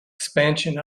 expansion